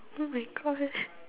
oh-my-God